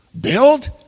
Build